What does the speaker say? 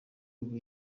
ubu